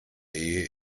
ehe